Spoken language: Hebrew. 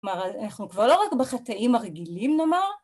כלומר אנחנו כבר לא רק בחטאים הרגילים נאמר